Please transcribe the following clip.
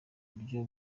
buryo